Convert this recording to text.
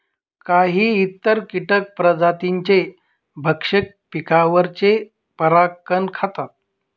काही इतर कीटक प्रजातींचे भक्षक पिकांवरचे परागकण खातात